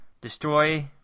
Destroy